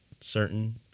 certain